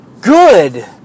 Good